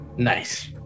Nice